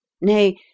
Nay